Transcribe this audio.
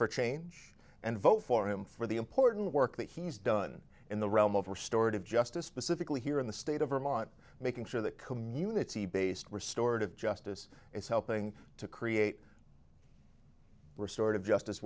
for change and vote for him for the important work that he's done in the realm of restored of justice specifically here in the state of vermont making sure that community based restored of justice is helping to create restorative justice